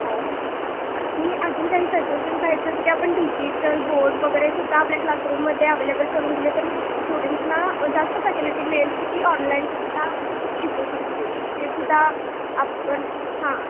हो हो आणि अजून काही सजेशन्स आहेत जसं की आपण डिजिटल बोर्ड वगैरे सुद्धा आपल्या क्लासरूममध्ये अवेलेबल करून दिलं तरी स्टुडंट्सना जास्त फॅसिलिटी मिळेल की ती ऑनलाईनसुद्धा शिकू शकतील ते सुद्धा आपण हां